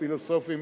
פילוסופים,